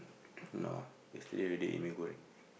no yesterday already eat mee-goreng